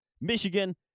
Michigan